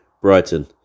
Brighton